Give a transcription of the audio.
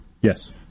yes